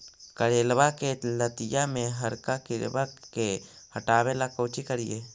करेलबा के लतिया में हरका किड़बा के हटाबेला कोची करिए?